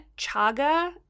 chaga